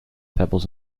pebbles